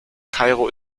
kairo